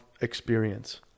experience